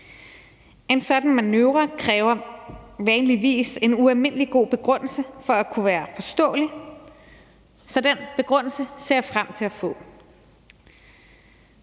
En sådan manøvre kræver sædvanligvis en ualmindelig god begrundelse for at kunne være forståelig, så den begrundelse ser jeg frem til at få.